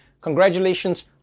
Congratulations